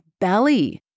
belly